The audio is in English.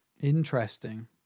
Interesting